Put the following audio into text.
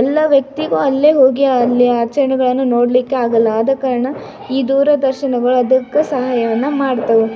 ಎಲ್ಲ ವ್ಯಕ್ತಿಗೋ ಅಲ್ಲೇ ಹೋಗಿ ಅಲ್ಲಿ ಆಚರಣೆಗಳನ್ನು ನೋಡ್ಲಿಕ್ಕೆ ಆಗೋಲ್ಲ ಆದ ಕಾರಣ ಈ ದೂರದರ್ಶನಗಳು ಅದಕ್ಕೆ ಸಹಾಯವನ್ನು ಮಾಡ್ತವೆ